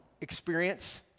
experience